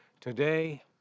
Today